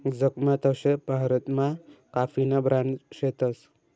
जगमा तशे भारतमा काफीना ब्रांड शेतस